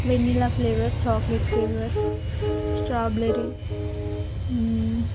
vanilla flavor chocolate flavor strawberry